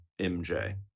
MJ